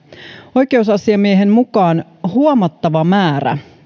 oikeusasiamiehen mukaan huomattava määrä